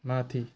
माथि